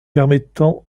permettant